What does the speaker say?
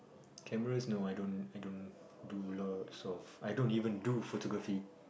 cameras no I don't I don't do lots of I don't even do photography